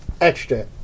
extra